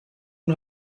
tun